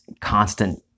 constant